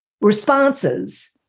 Responses